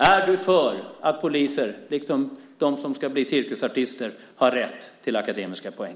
Är du för att poliser liksom de som ska bli cirkusartister har rätt till akademiska poäng?